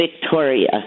Victoria